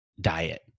diet